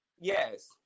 Yes